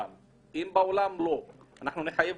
אם אין בעולם ואנחנו נחייב